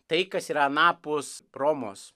tai kas yra anapus romos